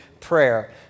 prayer